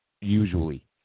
usually